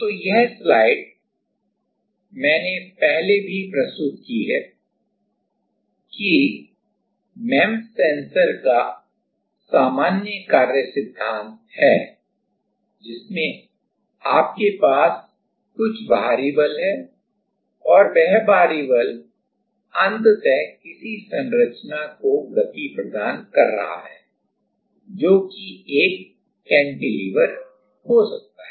तो यह स्लाइड मैंने पहले भी प्रस्तुत की है कि एमईएमएस सेंसर का सामान्य कार्य सिद्धांत है जिसमें आपके पास कुछ बाहरी बल है और वह बाहरी बल अंततः किसी संरचना को गति प्रदान कर रहा है जो कि एक कैंटिलीवर हो सकता है